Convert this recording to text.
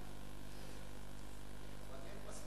אין מספיק.